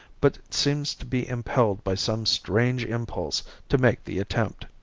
but seems to be impelled by some strange impulse to make the attempt.